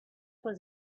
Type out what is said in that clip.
was